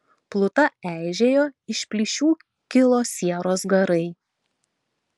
pluta eižėjo iš plyšių kilo sieros garai